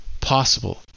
possible